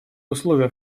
условия